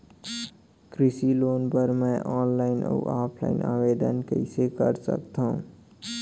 कृषि लोन बर मैं ऑनलाइन अऊ ऑफलाइन आवेदन कइसे कर सकथव?